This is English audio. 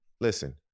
listen